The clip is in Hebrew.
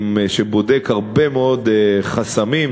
שבודק הרבה מאוד חסמים.